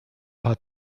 paar